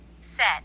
Set